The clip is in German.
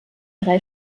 drei